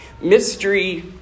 Mystery